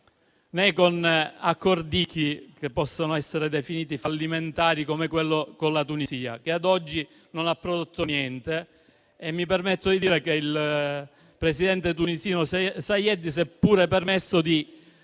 né con accordicchi che possono essere definiti fallimentari, come quello con la Tunisia, che ad oggi non ha prodotto niente. Mi permetto di dire che il presidente tunisino Saied si è pure permesso di